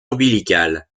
ombilical